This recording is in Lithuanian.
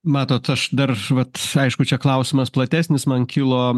matot aš dar vat aišku čia klausimas platesnis man kilo